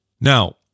now